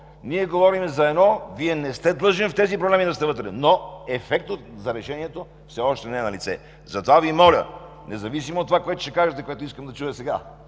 ние говорим за едно, Вие не сте длъжен да сте вътре в тези проблеми, но ефектът за решението все още не е налице. Затова Ви моля, независимо от това, което ще кажете и което искам да чуя сега,